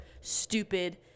stupid